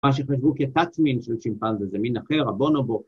‫מה שחשבו כתת מין של שימפנזה ‫זה מין אחר, הבונובו.